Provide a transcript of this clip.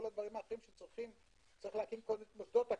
הדברים האחרים שצריכים להקים צריכים להקים קודם את מוסדות הקרן.